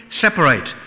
separate